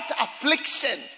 affliction